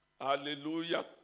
Hallelujah